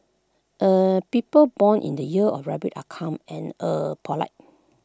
er people born in the year of rabbit are calm and er polite